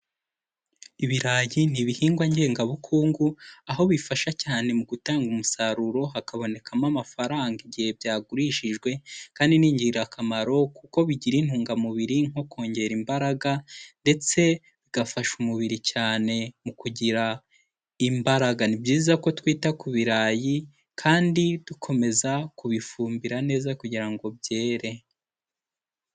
Ibirayi ni ibihingwa ngengabukungu, aho bifasha cyane mu gutanga umusaruro hakabonekamo amafaranga igihe byagurishijwe, kandi ni ingirakamaro kuko bigira intungamubiri nko kongera imbaraga ndetse bigafasha umubiri cyane mu kugira imbaraga, ni byiza ko twita ku birayi, kandi dukomeza kubifumbira neza kugira ngo byere.